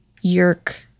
Yerk